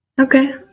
Okay